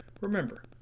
Remember